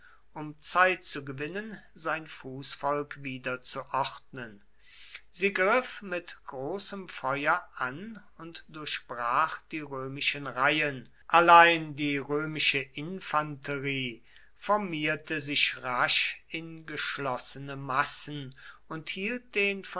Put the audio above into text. um zeit zu gewinnen sein fußvolk wieder zu ordnen sie griff mit großem feuer an und durchbrach die römischen reihen allein die römische infanterie formierte sich rasch in geschlossene massen und hielt den